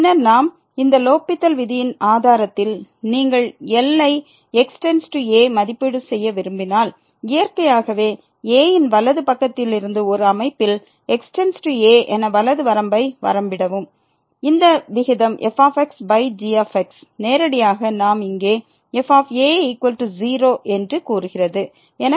பின்னர் நாம் இந்த லோப்பித்தல் விதியின் ஆதாரத்தில் நீங்கள் எல்லை x→a மதிப்பீடு செய்ய விரும்பினால் இயற்கையாகவே a ன் வலது பக்கத்தில் இருந்து ஒரு அமைப்பில் x→a என வலது வரம்பை வரம்பிடவும் இந்த விகிதம் f g நேரடியாக நாம் இங்கே f a0 என்று கூறுகிறது என காணலாம்